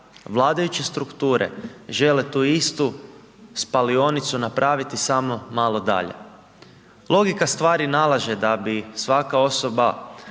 vladajuće strukture žele tu istu spalionicu napraviti samo malo dalje. Logika stvari nalaže da bi svaka osoba